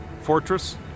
fortress